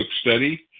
Study